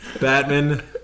Batman